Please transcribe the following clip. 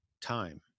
time